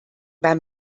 bei